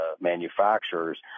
manufacturers